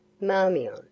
Marmion